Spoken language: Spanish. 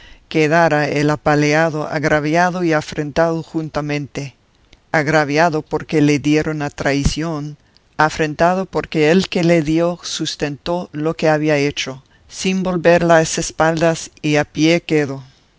quedara el apaleado agraviado y afrentado juntamente agraviado porque le dieron a traición afrentado porque el que le dio sustentó lo que había hecho sin volver las espaldas y a pie quedo